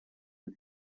für